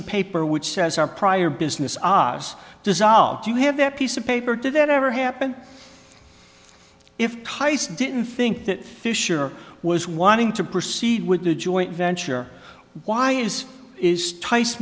of paper which says our prior business obs dissolved you have that piece of paper did that ever happen if tyson didn't think that fisher was wanting to proceed with the joint venture why is is tice